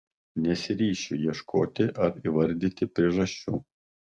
nesiryšiu ieškoti ar įvardyti priežasčių